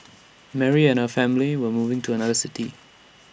Mary and her family were moving to another city